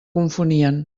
confonien